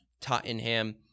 Tottenham